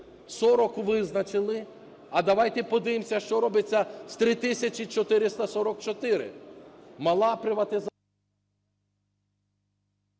40 визначили. А давайте подивимось, що робиться з 3